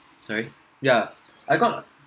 sorry yeah I got